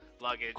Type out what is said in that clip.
luggage